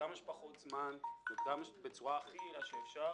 בכמה שפחות זמן בצורה הכי יעילה שאפשר